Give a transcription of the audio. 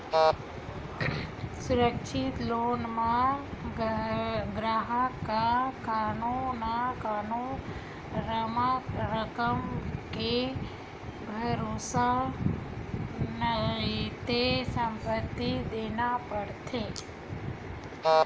सुरक्छित लोन म गराहक ह कोनो न कोनो रकम के भरोसा नइते संपत्ति देना परथे